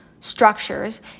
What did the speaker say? structures